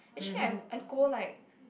actually I I go like